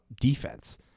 defense